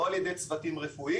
לא על ידי צוותים רפואיים,